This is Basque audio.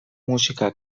musika